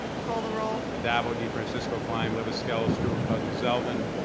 call the roll. addabbo, defrancisco, klein, libous, skelos, stewart-cousins, zeldin.